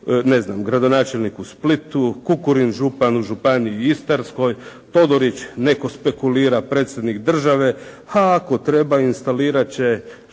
ne znam gradonačelnik u Splitu, Kukurin župan u Županiji istarskoj, Todorić netko spekulira predsjednik države, a ako treba instalirat će